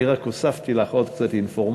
אני רק הוספתי לך עוד קצת אינפורמציה,